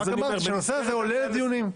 רק אמרתי שהנושא הזה עולה בדיונים.